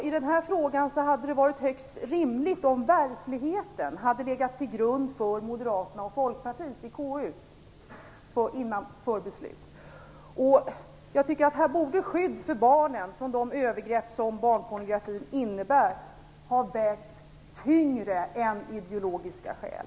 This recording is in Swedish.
I den här frågan hade det varit högst rimligt om verkligheten hade legat till grund för beslut för Här borde skyddet för barnen mot de övergrepp som barnpornografi innebär ha vägt tyngre än ideologiska skäl.